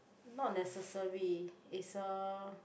not necessary it's a